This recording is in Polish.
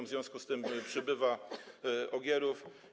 W związku z tym przybywa ogierów.